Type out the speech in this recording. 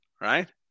Right